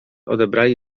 odebrali